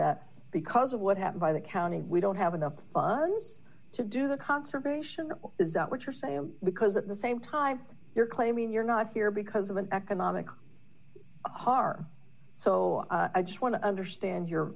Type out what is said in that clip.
that because of what happened by the counting we don't have enough fire to do the conservation is that what you're saying because at the same time you're claiming you're not here because of an economic harm so i just want to understand your